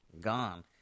gone